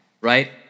right